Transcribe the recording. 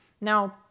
Now